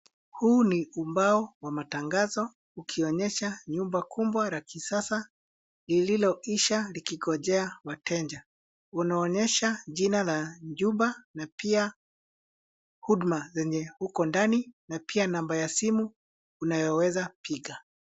Huu ni ubao wa matangazo ukionyesha nyumba kubwa la kisasa lililoisha likingojea wateja. Unaonyesha jina la jumba na pia huduma zenye huko ndani na pia namba ya simu unayoweza piga.